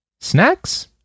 Snacks